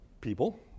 people